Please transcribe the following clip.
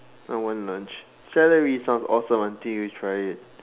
I want lunch celery sounds awesome until you try it